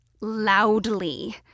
Loudly